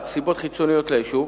סיבות חיצוניות ליישוב,